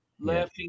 laughing